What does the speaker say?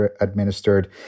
administered